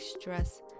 stress